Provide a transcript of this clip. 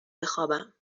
بخوابم